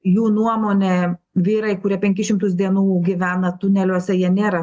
jų nuomone vyrai kurie penkis šimtus dienų gyvena tuneliuose jie nėra